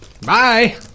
Bye